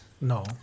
No